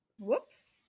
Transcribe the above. Whoops